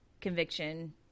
conviction